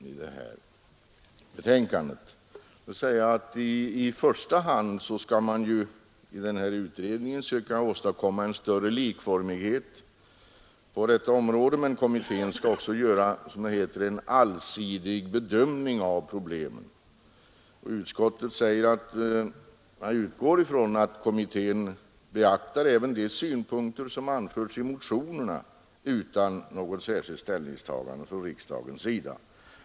Bostadsskattekommittén skall i första hand söka åstadkomma en större likformighet på detta område, men kommittén skall också göra, som det heter, en allsidig bedömning av problemen. Utskottet utgår från att kommittén utan något särskilt ställningstagande från riksdagens sida beaktar även de synpunkter som anförts i motionerna.